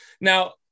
Now